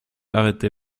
arrêtée